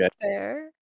fair